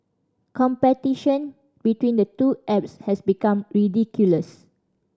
competition between the two apps has become ridiculous